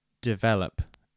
develop